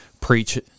preach